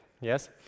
Yes